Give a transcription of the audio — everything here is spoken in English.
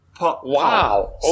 Wow